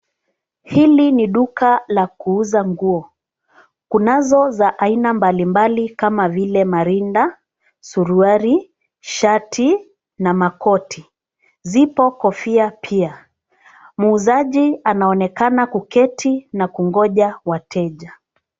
Hili ni duka la kuuza nguo. Kunazo za aina mbalimbali kama vile marinda, suruali, shati na makoti. Zipo kofia pia. Muuzaji anaonekana kuketi na kungoja wateja.